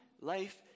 life